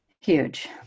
Huge